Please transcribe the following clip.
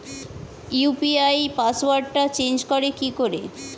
UPI পাসওয়ার্ডটা change করে কি করে?